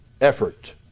effort